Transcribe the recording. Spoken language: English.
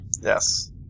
Yes